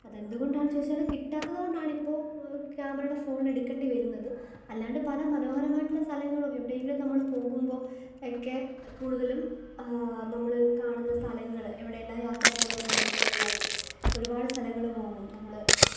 അത് എന്തുകൊണ്ടാണ് ചോദിച്ചാൽ കിട്ടാത്തത് കൊണ്ടാണ് ഇപ്പോൾ ക്യാമറയുടെ ഫോണിൽ എടുക്കേണ്ടി വരുന്നത് അല്ലാണ്ട് പല മനോഹരമായിട്ടുള്ള സ്ഥലങ്ങളോ എവിടെയെങ്കിലും നമ്മൾ പോകുമ്പോളൊക്കെ കൂടുതലും നമ്മൾ കാണ്ന്ന സ്ഥലങ്ങള് എവിടെയെല്ലാം യാത്ര പോവുന്നവരാണ് നമ്മൾ എല്ലാവരും ഒരുപാട് സ്ഥലങ്ങൾ പോകും നമ്മൾ